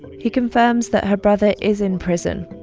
he confirms that her brother is in prison,